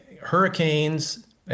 hurricanes